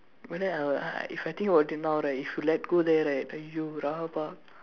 but then I uh if I think about it now right if you let go there right then you rabak